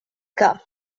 que